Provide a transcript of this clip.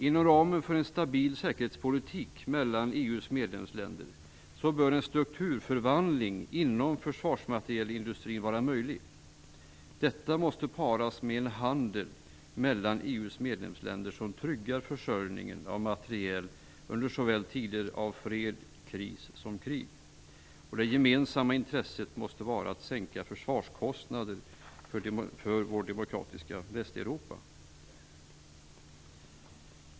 Inom ramen för en stabil säkerhetspolitik mellan EU:s medlemsländer bör en strukturomvandling inom försvarsmaterielindustrin vara möjlig. Detta måste paras med en handel mellan EU:s medlemsländer som tryggar försörjningen av materiel under såväl fred som kris och krig. Det gemensamma intresset måste vara sänkta försvarskostnader för det demokratiska Västeuropa.